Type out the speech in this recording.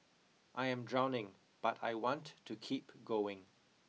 I am drowning but I want to keep going